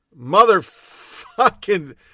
motherfucking